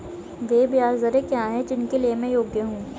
वे ब्याज दरें क्या हैं जिनके लिए मैं योग्य हूँ?